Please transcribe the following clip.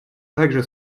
также